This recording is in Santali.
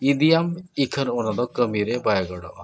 ᱤᱫᱤᱭᱟᱢ ᱤᱠᱷᱟᱹᱱ ᱚᱱᱟ ᱫᱚ ᱠᱟᱹᱢᱤᱨᱮ ᱵᱟᱭ ᱜᱚᱲᱚᱜᱼᱟ